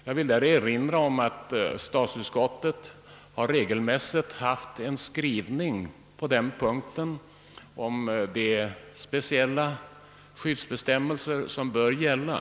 Jag vill erinra om att statsutskottet regelmässigt haft en skrivning om de speciella skyddsbestämmelser som bör gälla.